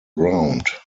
ground